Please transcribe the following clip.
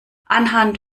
anhand